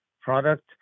product